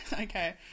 okay